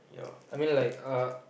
I mean like uh